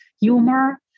humor